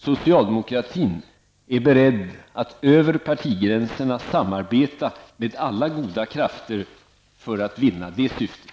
Socialdemokratin är beredd att över partigränserna samarbeta med alla goda krafter för att vinna det syftet.